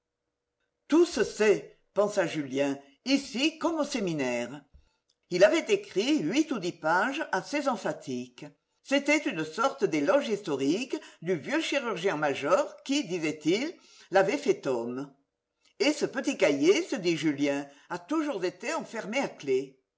tout se sait pensa julien ici comme au séminaire il avait écrit huit ou dix pages assez emphatiques c'était une sorte d'éloge historique du vieux chirurgien-major qui disait-il l'avait fait homme et ce petit cahier se dit julien a toujours été enfermé à clef